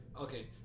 Okay